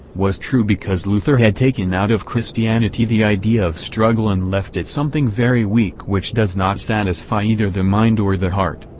was true because luther had taken out of christianity the idea of struggle and left it something very weak which does not satisfy either the mind or the heart,